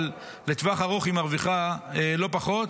אבל לטווח ארוך היא מרוויחה לא פחות,